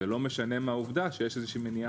זה לא משנה את העובדה שיש איזו מניעה